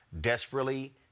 desperately